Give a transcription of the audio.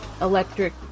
electric